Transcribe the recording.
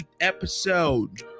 episode